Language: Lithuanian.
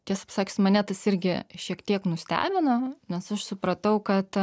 tiesą pasakius mane tas irgi šiek tiek nustebino nes aš supratau kad